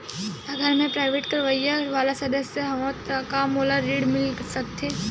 अगर मैं प्राइवेट काम करइया वाला सदस्य हावव का मोला ऋण मिल सकथे?